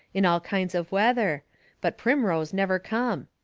in all kinds of weather but primrose never come.